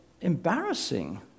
embarrassing